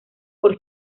por